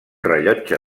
rellotge